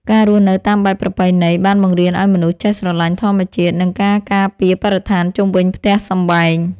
ការរស់នៅតាមបែបប្រពៃណី បានបង្រៀនឱ្យមនុស្សចេះស្រឡាញ់ធម្មជាតិ និងការការពារបរិស្ថានជុំវិញផ្ទះសម្បែង។